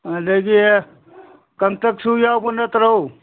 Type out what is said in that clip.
ꯑꯗꯒꯤ ꯀꯥꯡꯇꯛꯁꯨ ꯌꯥꯎꯕ ꯅꯠꯇ꯭ꯔꯣ